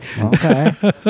Okay